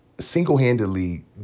single-handedly